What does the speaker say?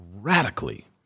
radically